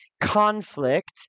conflict